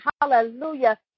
hallelujah